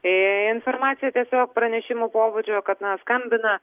informacija tiesiog pranešimų pobūdžio kad na skambina